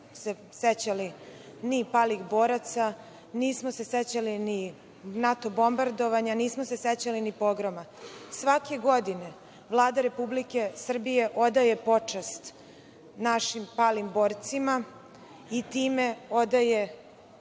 se sećali ni palih boraca, nismo se sećali ni NATO bombardovanja, nismo se sećali ni „Pogroma“. Svake godine Vlada Republike Srbije odaje počast našim palim borcima i time nam